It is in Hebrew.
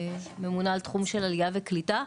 ממונה על תחום של עליה וקליטה.